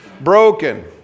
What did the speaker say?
broken